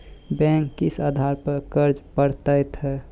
Bank किस आधार पर कर्ज पड़तैत हैं?